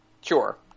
Sure